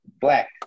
Black